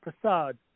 Prasad